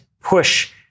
push